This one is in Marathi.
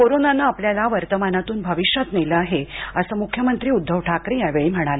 कोरोनानं आपल्याला वर्तमानातून भविष्यात नेलं आहे असं मुख्यमंत्री उद्धव ठाकरे यावेली बोलताना म्हणाले